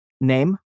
Name